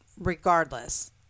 regardless